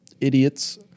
idiots